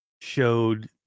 showed